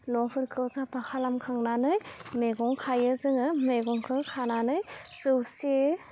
न'फोरखौ साफा खालामखांनानै मेगं खायो जोङो मेगंखौ खानानै जौसे